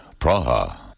Praha